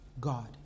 God